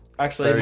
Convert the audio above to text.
actually, i mean